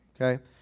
Okay